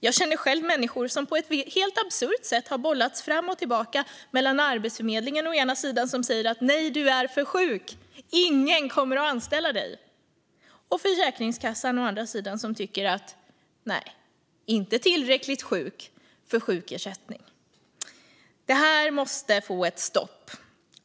Jag känner själv människor som på ett helt absurt sätt har bollats fram och tillbaka mellan å ena sidan Arbetsförmedlingen som säger: Du är för sjuk, ingen kommer att anställa dig, och å andra sidan Försäkringskassan som tycker: Du är inte tillräckligt sjuk för sjukersättning. Det måste få ett stopp.